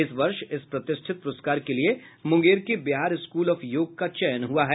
इस वर्ष इस प्रतिष्ठित पुरस्कार के लिये मुंगेर के बिहार स्कूल ऑफ योग का चयन हुआ है